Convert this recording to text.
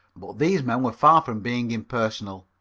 but these men were far from being impersonal.